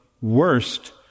worst